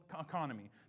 economy